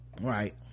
Right